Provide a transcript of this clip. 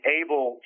able